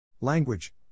Language